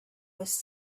was